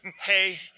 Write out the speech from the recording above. hey